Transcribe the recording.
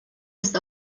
ist